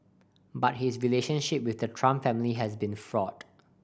but his relationship with the Trump family has been fraught